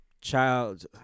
child